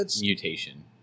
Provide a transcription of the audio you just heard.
mutation